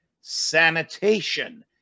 sanitation